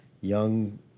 young